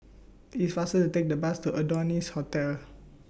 IT IS faster to Take The Bus to Adonis Hotel